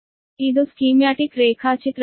ಇದು ಸ್ಕೀಮ್ಯಾಟಿಕ್ ರೇಖಾಚಿತ್ರವಾಗಿದೆ